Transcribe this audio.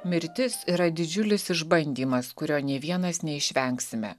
mirtis yra didžiulis išbandymas kurio nei vienas neišvengsime